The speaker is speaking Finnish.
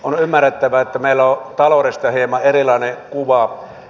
on ymmärrettävää että meillä on taloudesta hieman erilainen kuva